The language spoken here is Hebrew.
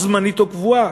או זמנית או קבועה?